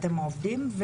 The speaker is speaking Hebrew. ואתם עובדים על זה,